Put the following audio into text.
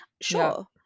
sure